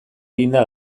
eginda